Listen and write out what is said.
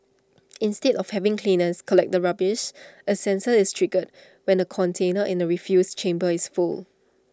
instead of having cleaners collect the rubbish A sensor is triggered when the container in the refuse chamber is full